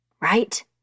right